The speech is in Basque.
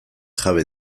jabe